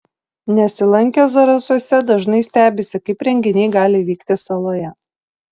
nesilankę zarasuose dažnai stebisi kaip renginiai gali vykti saloje